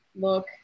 Look